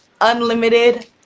Unlimited